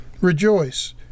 Rejoice